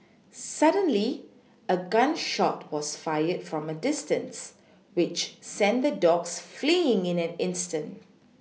suddenly a gun shot was fired from a distance which sent the dogs fleeing in an instant